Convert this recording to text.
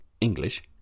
English